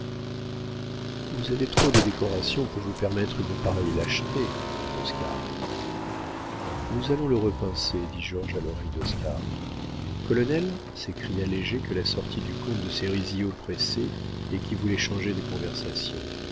vous avez trop de décorations pour vous permettre une pareille lâcheté dit oscar nous allons le repincer dit georges à l'oreille d'oscar colonel s'écria léger que la sortie du comte de sérisy oppressait et qui voulait changer de conversation